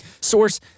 source